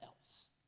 else